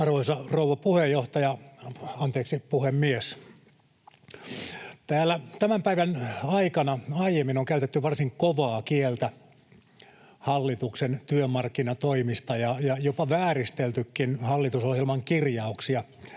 Arvoisa rouva puheenjohtaja — anteeksi, puhemies! Täällä tämän päivän aikana aiemmin on käytetty varsin kovaa kieltä hallituksen työmarkkinatoimista ja jopa vääristeltykin hallitusohjelman kirjauksia.